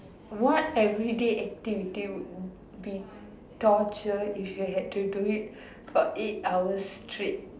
what everyday activity would be torture if you had to do for eight hours straight